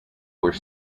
were